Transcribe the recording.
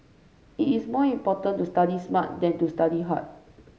it is more important to study smart than to study hard